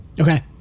Okay